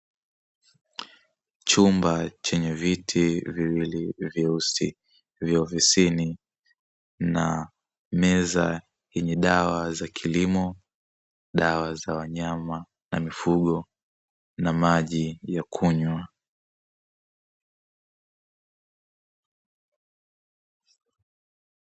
Chumba chenye viti viwili vyeusi vya ofisini, na meza yenye dawa za kilimo, dawa za wanyama na mifugo na maji ya kunywa.